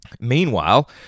Meanwhile